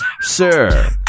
Sir